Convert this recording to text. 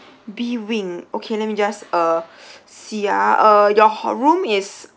B wing okay let me just uh see ah uh your ho~ room is